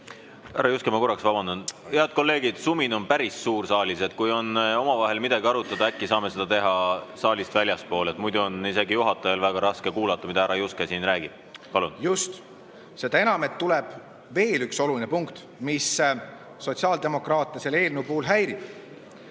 Härra Juske, ma korraks vabandan. Head kolleegid, sumin on päris suur saalis. Kui on omavahel midagi arutada, äkki saame seda teha saalist väljaspool, muidu on isegi juhatajal väga raske kuulata, mida härra Juske siin räägib. Palun! Just. Seda enam, et tuleb veel üks oluline punkt, mis sotsiaaldemokraate selle eelnõu puhul häirib.